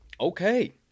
Okay